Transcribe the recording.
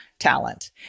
Talent